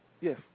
Yes